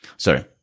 sorry